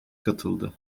katıldı